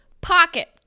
pocket